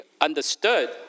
understood